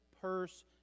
Purse